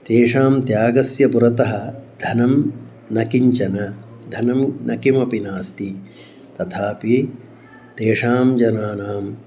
तेषां त्यागस्य पुरतः धनं न किञ्चन धनं न किमपि नास्ति तथापि तेषां जनानाम्